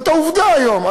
זאת העובדה היום.